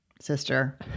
Sister